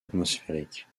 atmosphérique